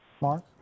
mark